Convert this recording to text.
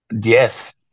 Yes